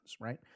right